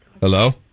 Hello